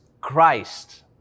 Christ